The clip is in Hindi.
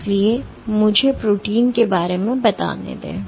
इसलिए मुझे प्रोटीन के बारे में बताने दें